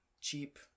cheap